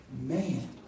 Man